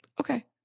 okay